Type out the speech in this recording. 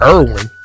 Irwin